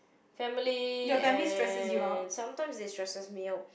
family and sometimes they stresses me out